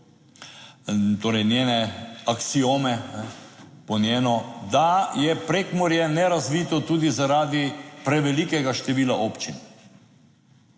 torej njene aksiome, po njeno, da je Prekmurje nerazvito tudi zaradi prevelikega števila občin.